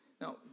Now